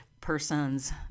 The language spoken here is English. Persons